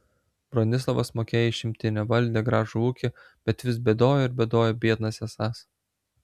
bronislovas mokėjo išimtinę valdė gražų ūkį bet vis bėdojo ir bėdojo biednas esąs